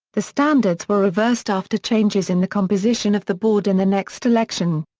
the standards were reversed after changes in the composition of the board in the next election.